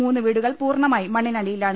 മൂന്ന് വീടുകൾ പൂർണ്ണമായി മണ്ണിനടിയിലാണ്